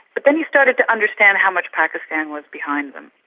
but then you started to understand how much pakistan was behind them,